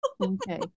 Okay